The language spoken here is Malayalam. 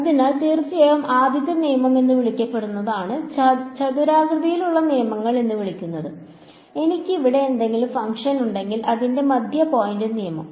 അതിനാൽ തീർച്ചയായും ആദ്യത്തെ നിയമം എന്ന് വിളിക്കപ്പെടുന്നതാണ് ചതുരാകൃതിയിലുള്ള നിയമങ്ങൾ എന്ന് വിളിക്കുന്നു എനിക്ക് ഇവിടെ എന്തെങ്കിലും ഫംഗ്ഷൻ ഉണ്ടെങ്കിൽ അതിന്റെ മധ്യ പോയിന്റ് നിയമം